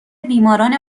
بیماران